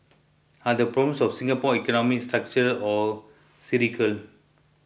are the problems of Singapore's economy structural or cyclical